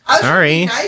Sorry